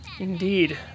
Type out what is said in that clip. Indeed